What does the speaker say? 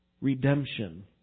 Redemption